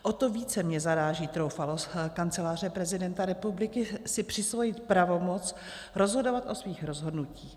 O to více mě zaráží troufalost Kanceláře prezidenta republiky si přisvojit pravomoc rozhodovat o svých rozhodnutích.